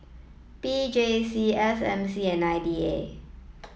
P J C S M C and I D A